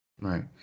Right